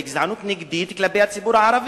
בגזענות נגדית כלפי הציבור הערבי.